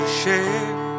share